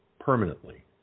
permanently